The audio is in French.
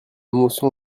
motion